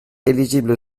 éligibles